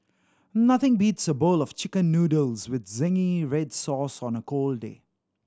nothing beats a bowl of Chicken Noodles with zingy red sauce on a cold day